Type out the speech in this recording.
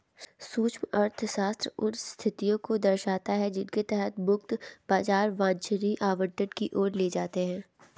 सूक्ष्म अर्थशास्त्र उन स्थितियों को दर्शाता है जिनके तहत मुक्त बाजार वांछनीय आवंटन की ओर ले जाते हैं